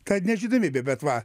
ta nežinomybė bet va